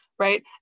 right